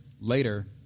Later